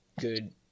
good